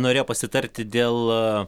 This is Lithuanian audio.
norėjo pasitarti dėl